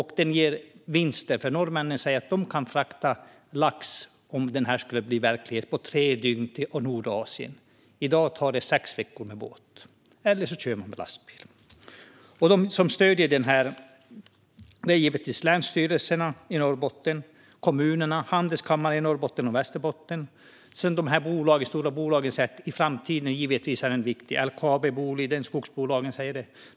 Det ger vinster. Norrmännen säger att om den blir verklighet kan de frakta lax på tre dygn till Nordasien. I dag tar det sex veckor med båt, eller så kör man med lastbil. De som stöder satsningen är givetvis länsstyrelserna i Norrbotten, kommunerna och handelskamrarna i Norrbotten och Västerbotten. De stora bolagen är givetvis viktiga i framtiden. LKAB, Boliden och skogsbolagen säger det.